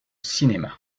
cinéma